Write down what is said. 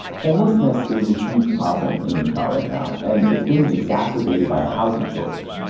homelessness is a huge problem in utah right now, and it's been exacerbated by a housing shortage,